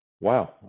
wow